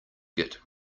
git